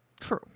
True